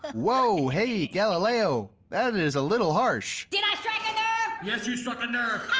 whoa, hey galileo, that is a little harsh. did i strike a nerve? yes you struck a nerve!